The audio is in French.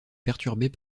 perturbée